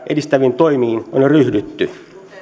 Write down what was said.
edistäviin toimiin on ryhdytty